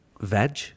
Veg